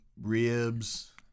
ribs